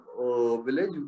village